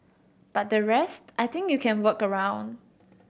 but the rest I think you can work around